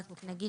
רק נגיד